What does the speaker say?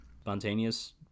Spontaneous